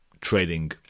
trading